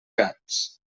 gats